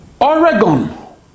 Oregon